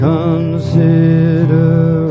Consider